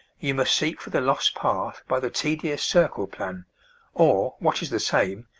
you must seek for the lost path by the tedious circle plan or, what is the same,